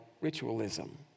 ritualism